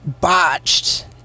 botched